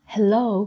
Hello